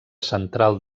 central